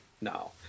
No